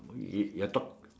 if you're talking